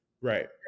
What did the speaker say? right